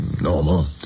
Normal